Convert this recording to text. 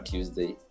Tuesday